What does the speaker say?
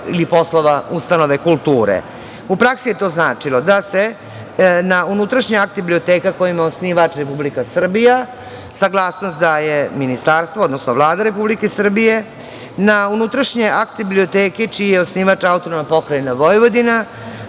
ili poslova ustanove kulture.U praksi je to značilo da na unutrašnji akt biblioteka kojima je osnivač Republika Srbija saglasnost daje ministarstvo, odnosno Vlada Republike Srbije. Na unutrašnji akt biblioteke čiji je osnivač AP Vojvodina